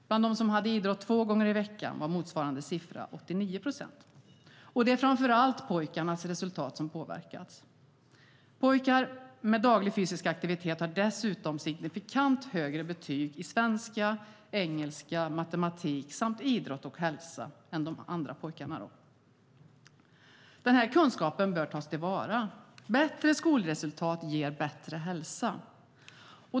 Bland dem som hade idrott två gånger i veckan var motsvarande siffra 89 procent. Det är framför allt pojkarnas resultat som påverkas. Pojkarna med daglig fysisk aktivitet har dessutom signifikant högre betyg i svenska, engelska och i matematik samt i idrott och hälsa än de andra pojkarna. Den här kunskapen bör tas till vara. Bättre skolresultat ger bättre hälsa.